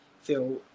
feel